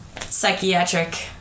psychiatric